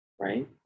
right